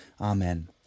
Amen